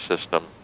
system